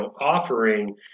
offering